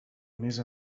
més